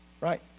Right